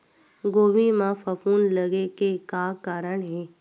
गोभी म फफूंद लगे के का कारण हे?